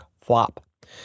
flop